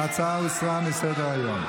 ההצעה הוסרה מסדר-היום.